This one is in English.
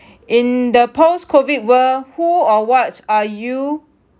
in the post COVID world who or what are you